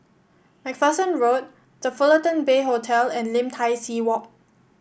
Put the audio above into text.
MacPherson Road The Fullerton Bay Hotel and Lim Tai See Walk